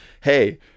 hey